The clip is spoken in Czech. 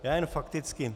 Já jen fakticky.